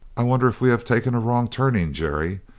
i wonder if we have taken a wrong turning, jerry,